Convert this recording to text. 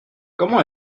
comment